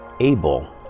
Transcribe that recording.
Abel